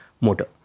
motor